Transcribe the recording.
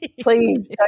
Please